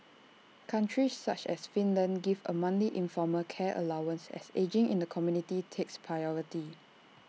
countries such as Finland give A monthly informal care allowance as ageing in the community takes priority